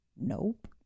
Nope